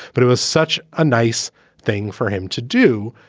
but it was such a nice thing for him to do,